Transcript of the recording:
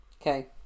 okay